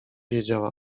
wiedziała